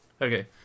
Okay